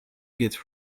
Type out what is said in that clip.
get